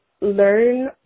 learn